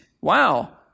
Wow